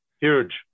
huge